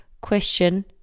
question